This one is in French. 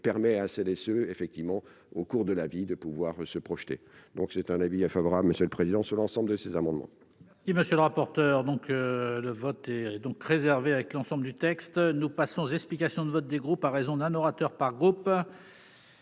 permet à celles et ceux, effectivement, au cours de la vie de pouvoir se projeter, donc c'est un avis défavorable, Monsieur le Président, sur l'ensemble de ces amendements. Il monsieur le rapporteur, donc, le vote est donc réservé avec l'ensemble du texte nous passons, explications de vote des groupes à raison d'un orateur par groupe.